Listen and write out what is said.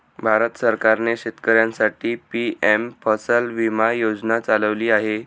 भारत सरकारने शेतकऱ्यांसाठी पी.एम फसल विमा योजना चालवली आहे